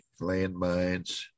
landmines